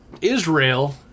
Israel